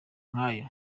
nk’ayo